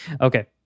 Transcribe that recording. Okay